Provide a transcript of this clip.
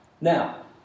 Now